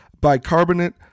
bicarbonate